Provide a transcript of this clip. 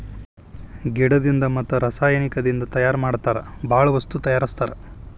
ಗಿಡದಿಂದ ಮತ್ತ ರಸಾಯನಿಕದಿಂದ ತಯಾರ ಮಾಡತಾರ ಬಾಳ ವಸ್ತು ತಯಾರಸ್ತಾರ